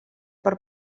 per